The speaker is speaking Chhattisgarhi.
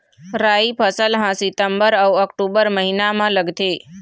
राई फसल हा सितंबर अऊ अक्टूबर महीना मा लगथे